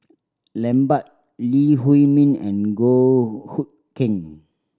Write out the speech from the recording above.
Lambert Lee Huei Min and Goh Hood Keng